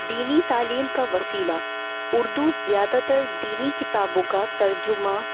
دینی تعلیم کا وسیلہ اردو زیادہ تر دینی کتابوں کا ترجمہ